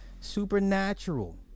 Supernatural